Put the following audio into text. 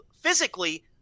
physically